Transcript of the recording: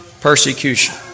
persecution